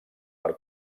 per